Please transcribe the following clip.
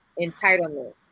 entitlement